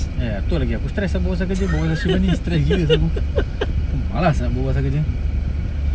eh betul lagi aku stress aku berbual pasal kerja berbual pasal soul ni stress gila bagi aku malas ah berbual pasal kerja